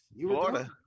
Florida